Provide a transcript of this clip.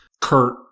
Kurt